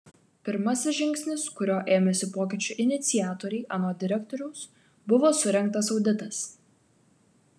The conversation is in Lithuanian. pirmasis žingsnis kurio ėmėsi pokyčių iniciatoriai anot direktoriaus buvo surengtas auditas